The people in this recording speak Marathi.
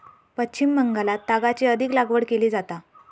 पश्चिम बंगालात तागाची अधिक लागवड केली जाता